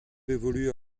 évolue